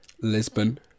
Lisbon